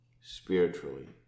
spiritually